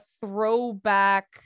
throwback